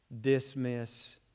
dismiss